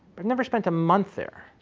but never spent a month there,